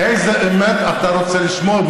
אחמד, איזו אמת אתה רוצה לשמוע?